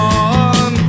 on